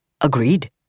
Agreed